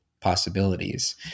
possibilities